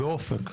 ב"אופק",